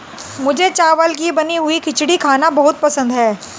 मुझे चावल की बनी हुई खिचड़ी खाना बहुत पसंद है